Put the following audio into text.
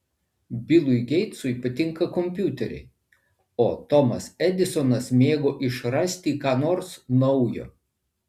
bilui geitsui patinka kompiuteriai o tomas edisonas mėgo išrasti ką nors naujo